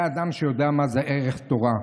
זה אדם שיודע מה זה ערך תורה.